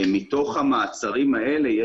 מתוך המעצרים האלה,